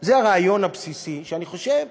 זה הרעיון הבסיסי שאני חושב